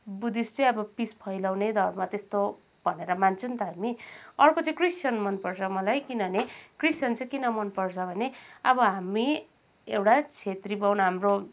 Buddhist चाहिँ अब peace फैलाउने धर्म त्यस्तो भनेर मान्छौँ नि त हामी अर्को चाहिँ क्रिस्चियन मनपर्छ मलाई किनभने क्रिस्चियन चाहिँ किन मनपर्छ भने अब हामी एउटा छेत्री बाहुन हाम्रो